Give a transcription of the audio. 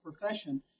profession